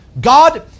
God